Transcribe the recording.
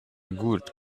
gut